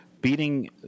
beating